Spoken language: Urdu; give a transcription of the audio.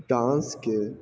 ڈانس کے